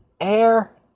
Air